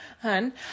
Hun